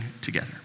together